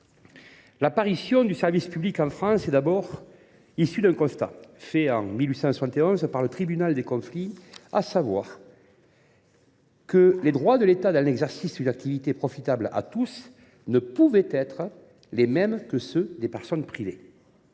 l’apparition du service public en France est d’abord issue d’un constat dressé en 1871 par le tribunal des conflits : les droits de l’État dans l’exercice d’une activité profitable à tous ne peuvent être les mêmes que ceux des personnes privées.